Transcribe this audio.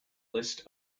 list